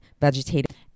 vegetative